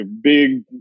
Big